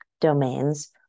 domains